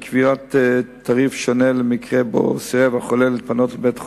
שבהם מתבצע טיפול במקום ללא פינוי.